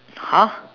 !huh!